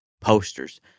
posters